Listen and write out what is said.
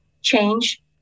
change